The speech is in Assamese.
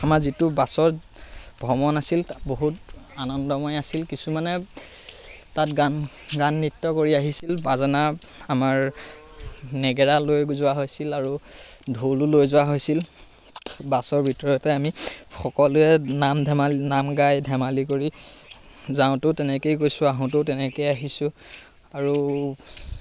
আমাৰ যিটো বাছৰ ভ্ৰমণ আছিল বহুত আনন্দময় আছিল কিছুমানে তাত গান গান নৃত্য কৰি আহিছিল বাজানা আমাৰ নেগেৰা লৈ যোৱা হৈছিল আৰু ঢোলো লৈ যোৱা হৈছিল বাছৰ ভিতৰতে আমি সকলোৱে নাম ধেমালি নাম গাই ধেমালি কৰি যাওঁতেও তেনেকৈয়ে গৈছোঁ আহোঁতেও তেনেকৈয়ে আহিছোঁ আৰু